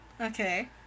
Okay